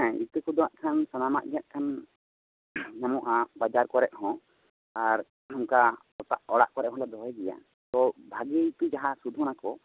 ᱦᱮᱸ ᱤᱛᱟᱹ ᱠᱚᱫᱚ ᱦᱟᱜ ᱠᱷᱟᱱ ᱥᱟᱱᱟᱢᱜ ᱜᱮ ᱦᱟᱜ ᱠᱷᱟᱱ ᱵᱟᱡᱟᱨ ᱠᱚᱨᱮ ᱦᱚᱸ ᱟᱨ ᱱᱚᱝᱠᱟ ᱚᱲᱟᱜ ᱠᱚᱨᱮ ᱦᱚᱸᱞᱮᱭ ᱫᱚᱦᱚᱭ ᱜᱮᱭᱟ ᱛᱳ ᱵᱷᱟᱹᱜᱤ ᱤᱛᱟᱹ ᱡᱟᱦᱟ ᱥᱩᱫᱷᱚᱱᱟᱠᱚ